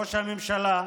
ראש הממשלה,